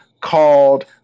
called